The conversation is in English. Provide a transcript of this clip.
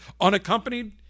unaccompanied